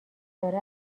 داره